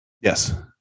Yes